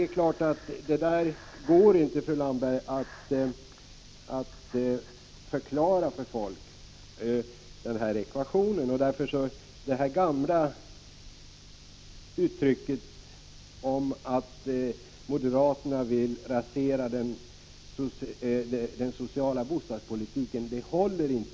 Den ekvationen går inte ihop, fru Landberg, och detta går inte att förklara för folk. Det gamla talesättet att moderaterna vill rasera den sociala bostadspolitiken håller inte.